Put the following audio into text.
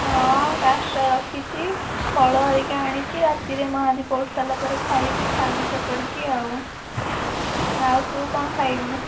ହଁ କାଷ୍ଠା ରଖିଛି ଫଳ ହେରିକା ଆଣିଚି ରାତିରେ ମହାଦୀପ ଉଠିସାରିଲା ପରେ ଖାଇବି ସାଗୁ ଚକଟିକି ଆଉ ଆଉ ତୁ କ'ଣ ଖାଇବୁ